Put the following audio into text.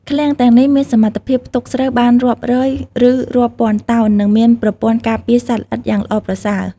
ឃ្លាំងទាំងនេះមានសមត្ថភាពផ្ទុកស្រូវបានរាប់រយ ឬរាប់ពាន់តោន និងមានប្រព័ន្ធការពារសត្វល្អិតយ៉ាងល្អប្រសើរ។